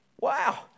Wow